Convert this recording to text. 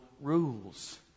rules